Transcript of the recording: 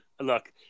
look